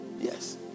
yes